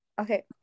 Okay